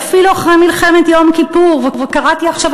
שאפילו אחרי מלחמת יום כיפור קראתי עכשיו